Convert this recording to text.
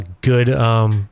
good